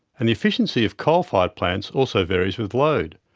and the efficiency of coal fired plants also varies with load.